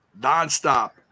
non-stop